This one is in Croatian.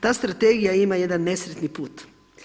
Ta strategija ima jedan nesretni put.